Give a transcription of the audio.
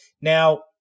Now